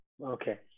Okay